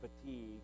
fatigue